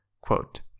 Quote